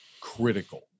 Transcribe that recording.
critical